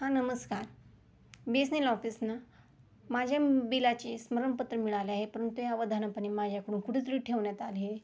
हा नमस्कार BSNL office ना माझ्या बिलाचे स्मरणपत्र मिळाले आहे परंतु या अवधानपणे माझ्याकडून कुठेतरी ठेवण्यात आले आहे